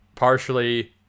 partially